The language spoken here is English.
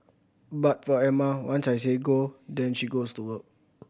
but for Emma once I say go then she goes to work